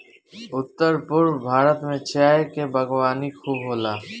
उत्तर पूरब भारत में चाय के बागवानी खूब होला